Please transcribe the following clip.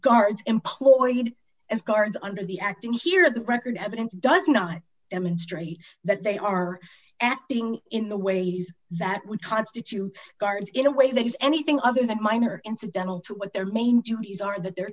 guards employed as guards under the act and here the record evidence does not demonstrate that they are acting in the ways that would constitute gardens in a way that is anything other than minor incidental to what their main duties are that they're